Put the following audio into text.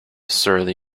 surly